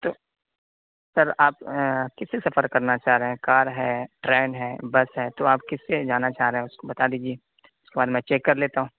تو سر آپ کس سے سفر کرنا چاہ رہے ہیں کار ہے ٹرین ہیں بس ہے تو آپ کس سے جانا چاہ رہے ہیں اس کو بتا دیجیے اس کے بعد میں چیک کر لیتا ہوں